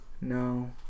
No